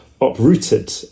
uprooted